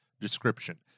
description